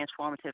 Transformative